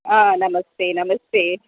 आ नमस्ते नमस्ते